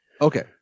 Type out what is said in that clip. Okay